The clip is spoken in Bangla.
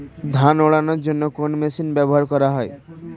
ধান উড়ানোর জন্য কোন মেশিন ব্যবহার করা হয়?